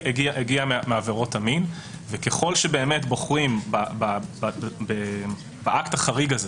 מעבירות המין וככל שבאמת בוחרים באקט החריג הזה